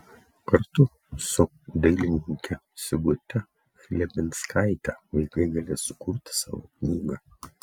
kartu su dailininke sigute chlebinskaite vaikai galės sukurti savo knygą